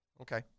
okay